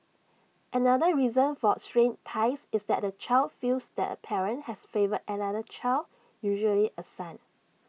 another reason for strained ties is that the child feels the parent has favoured another child usually A son